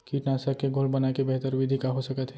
कीटनाशक के घोल बनाए के बेहतर विधि का हो सकत हे?